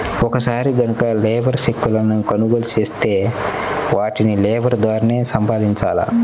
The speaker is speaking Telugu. ఒక్కసారి గనక లేబర్ చెక్కులను కొనుగోలు చేత్తే వాటిని లేబర్ ద్వారానే సంపాదించాల